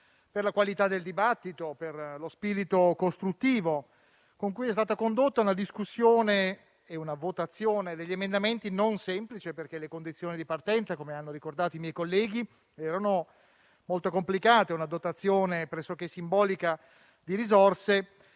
per la qualità del dibattito e per lo spirito costruttivo con cui sono state condotte una discussione e una votazione degli emendamenti non semplici, perché le condizioni di partenza, come hanno ricordato i miei colleghi, erano molto complicate: una dotazione pressoché simbolica di risorse